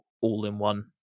all-in-one